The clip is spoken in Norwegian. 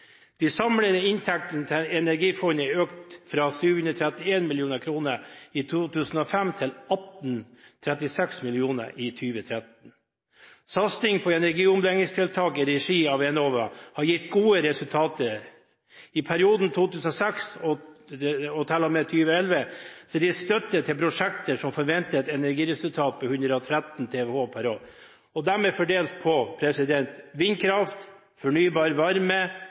De samlede inntektene til energifondet er økt fra 731 mill. kr i 2005 til 1 836 mill. kr i 2013. Satsingen på energiomleggingstiltak i regi av Enova har gitt gode resultater. I perioden fra 2006 til og med 2011 er det gitt støtte til prosjekter med forventet energiresultat på 113 TWh per år. De er fordelt på: vindkraft fornybar varme